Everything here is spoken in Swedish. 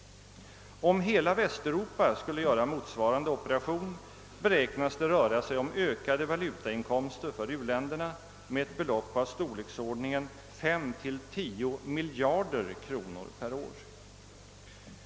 Om hela Västeuropa skulle göra motsvarande operation, beräknas det röra sig om ökade valutainkomster för u-länderna med ett belopp av storleksordningen 5—10 miljarder kronor per år.